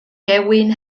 gewyn